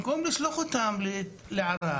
במקום לשלוח אותם לערד